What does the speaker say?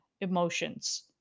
emotions